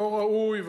לא ראוי,